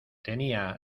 tenía